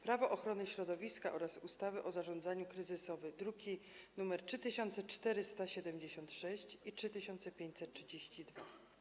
Prawo ochrony środowiska oraz ustawy o zarządzaniu kryzysowym, druki nr 3476 i 3532.